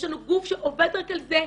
יש לנו גוף שעובד רק על זה,